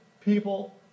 people